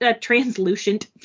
translucent